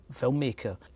filmmaker